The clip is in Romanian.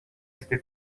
este